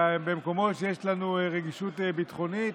במקומות שיש לנו רגישות ביטחונית.